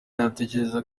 natekerezaga